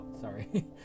sorry